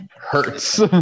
hurts